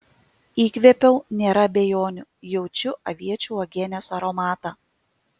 įkvėpiau nėra abejonių jaučiu aviečių uogienės aromatą